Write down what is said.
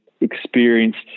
experienced